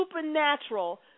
supernatural